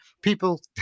People